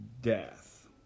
death